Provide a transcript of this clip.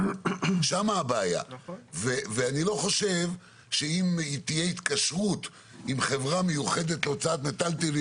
אני לא חושב שאם תהיה התקשרות עם חברה מיוחדת להוצאת מיטלטלין